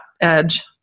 Edge